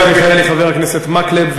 חבר הכנסת מקלב,